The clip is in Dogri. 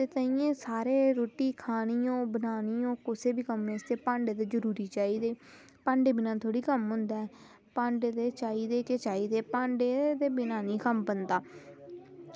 ते ताहियें सारे रुट्टी खानी होग बनानी होग कुसै ई ते कुसै बी कम्में आस्तै भांडे बी जरूरी होने चाहिदे बनाने ते भांडे बगैरा थोह्ड़े कम्म होंदा ऐ भांडे ते चाहिदे गै चाहिदे भांडे भांडे बिना निं कम्म बनदा